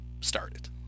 started